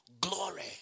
glory